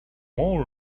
more